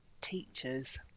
teachers